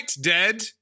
dead